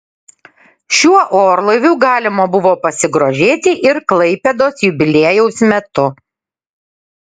šiuo orlaiviu galima buvo pasigrožėti ir klaipėdos jubiliejaus metu